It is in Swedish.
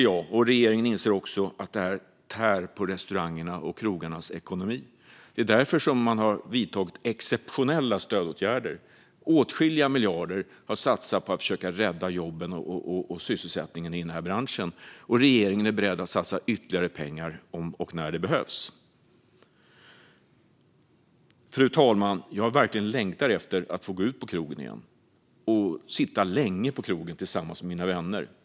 Jag och regeringen inser också att detta tär på restaurangernas och krogarnas ekonomi. Det är därför man har vidtagit exceptionella stödåtgärder. Åtskilliga miljarder har satsats på att försöka rädda sysselsättningen i denna bransch, och regeringen är beredd att satsa ytterligare pengar om och när det behövs. Fru talman! Jag längtar verkligen efter att få gå ut på krogen igen och sitta där länge tillsammans med mina vänner.